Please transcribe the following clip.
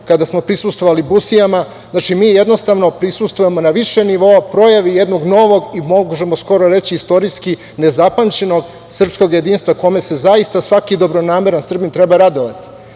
kada smo prisustvovali Busijama, znači, mi jednostavno prisustvujemo na više nivoa, pojavi jednog novog i možemo skoro reći istorijski nezapamćenog srpskog jedinstva kome se zaista svaki dobronameran Srbin treba radovati.